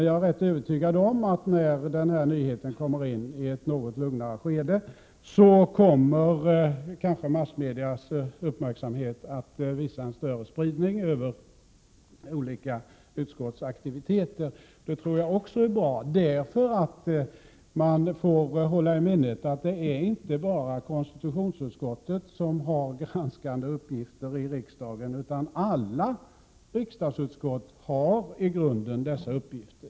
Jag är emellertid övertygad om att när denna öppenhet kommer in i ett något lugnare skede kommer massmedias uppmärksamhet att uppvisa en större spridning över olika utskottsaktiviteter. Det tror jag också är bra. Man får hålla i minnet att det inte bara är konstitutionsutskottet som har granskande uppgifter i riksdagen. Alla riksdagsutskott har i grunden dessa uppgifter.